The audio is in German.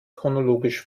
chronologisch